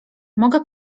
mogę